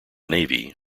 navy